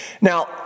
Now